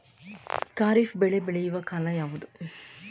ಖಾರಿಫ್ ಬೆಳೆ ಬೆಳೆಯುವ ಕಾಲ ಯಾವುದು?